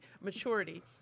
maturity